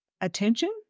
attention